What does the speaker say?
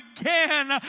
again